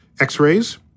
x-rays